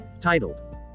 Titled